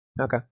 Okay